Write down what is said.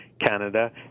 Canada